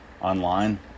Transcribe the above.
online